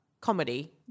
comedy